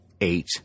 eight